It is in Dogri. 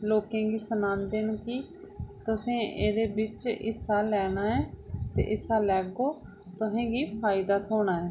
लोकें गी सनांदे न कि तुसें एह्दे बिच हिस्सा लैना ऐ ते हिस्सा लैगे ते तुसें गी फायदा होना ऐ